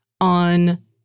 on